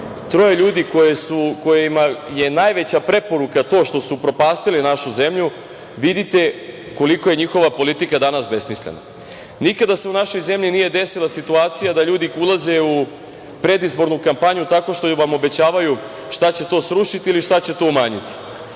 troje ljudi kojima je najveća preporuka to što su upropastili našu zemlju, vidite koliko je njihova politika danas besmislena. Nikada se u našoj zemlji nije desila situacija da ljudi ulaze u predizbornu kampanju tako što vam obećavaju šta će to srušiti ili šta će to umanjiti.